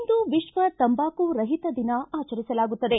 ಇಂದು ವಿಶ್ವ ತಂಬಾಕು ರಹಿತ ದಿನ ಆಚರಿಸಲಾಗುತ್ತದೆ